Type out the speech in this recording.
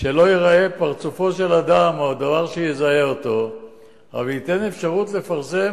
שלא ייראה פרצופו של אדם או דבר שיזהה אותו אבל תינתן אפשרות לפרסם